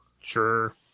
Sure